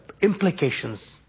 implications